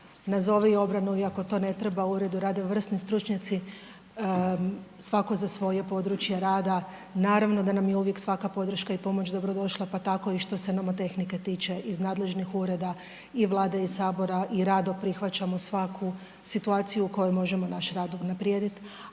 nazovi obranu, iako to ne treba, u uredu rade vrsni stručnjaci svako za svoje područje rada, naravno da nam je uvijek svaka podrška i pomoć dobrodošla pa tako i što se nomotehnike tiče iz nadležnih ureda i Vlade i Sabora i rado prihvaćamo svaku situaciju u kojoj možemo našim radom unaprijediti,